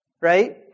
right